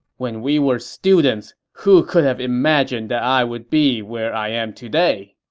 when we were students, who could have imagined that i would be where i am today,